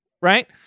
Right